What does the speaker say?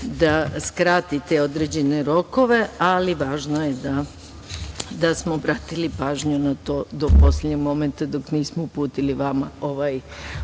da skratite određene rokove. Važno je da smo obratili pažnju na to do poslednjeg momenta, dok nismo uputili vama ovaj